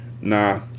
Nah